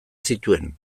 zituen